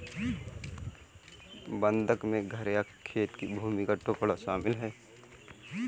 बंधक में घर या खेत की भूमि का टुकड़ा शामिल है